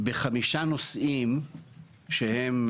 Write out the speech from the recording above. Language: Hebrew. בחמישה נושאים שהם,